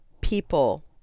people